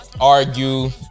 argue